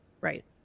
Right